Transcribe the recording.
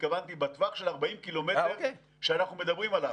התכוונתי בטווח של 40 קילומטר שאנחנו מדברים עליו.